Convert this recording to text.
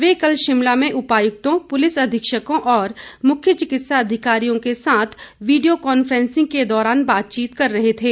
वे कल शिमला में उपायुक्तों पुलिस अधीक्षकों और मुख्य चिकित्सा अधिकारियों के साथ वीडियो कांफ्रेंसिंग के दौरान बातचीत कर रहे थे